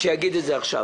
שיגיד את זה עכשיו.